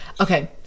Okay